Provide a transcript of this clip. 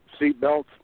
seatbelts